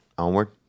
Onward